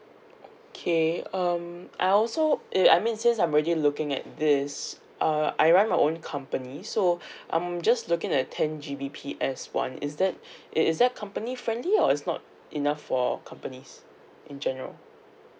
okay um I also uh I mean since I'm already looking at this uh I run my own company so I'm just looking at ten G_B_P_S one is that is that company friendly or it's not enough for companies in general